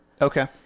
Okay